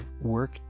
work